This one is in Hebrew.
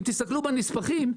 אם תסתכלו בנספחים,